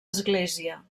església